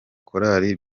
korali